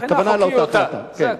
נבחנה חוקיותה, זה הכול.